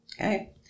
Okay